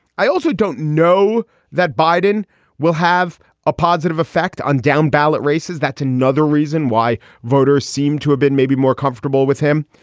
i also don't know that biden will have a positive effect on downballot races. that's another reason why voters seem to have been maybe more comfortable with him.